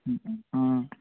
ம் ஆ